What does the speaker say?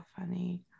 funny